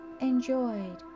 enjoyed